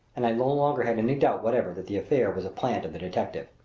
and i no longer had any doubt whatever that the affair was a plant of the detective.